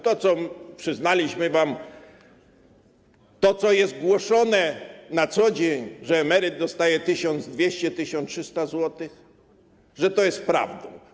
To, co przyznaliśmy wam, to, co jest głoszone na co dzień, że emeryt dostaje 1200 zł, 1300 zł, że to jest prawdą.